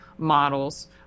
models